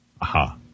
Aha